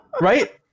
Right